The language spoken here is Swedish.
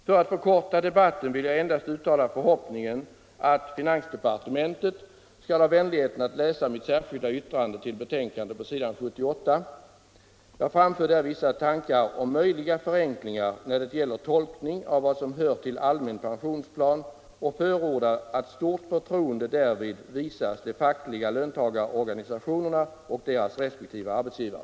För att förkorta debatten vill jag endast uttala förhoppningen att finansdepartementet skall ha vänligheten att läsa mitt särskilda yttrande vid betänkandet, s. 78. Jag framför där vissa tankar om möjliga förenklingar när det gäller tolkning av vad som hör till allmän pensionsplan och förordar att stort förtroende därvid visas de fackliga löntagarorganisationerna och deras resp. arbetsgivare.